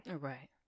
Right